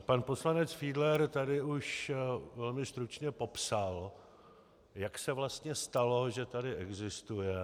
Pan poslanec Fiedler tady už velmi stručně popsal, jak se vlastně stalo, že tady existuje